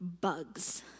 bugs